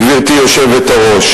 גברתי היושבת-ראש.